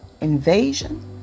invasion